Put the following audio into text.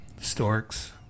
Storks